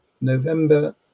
November